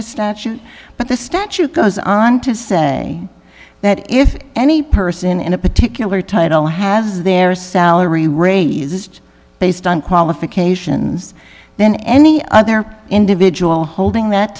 the statute but the statute goes on to say that if any person in a particular title has their salary raised based on qualifications then any other individual holding that